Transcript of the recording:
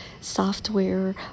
software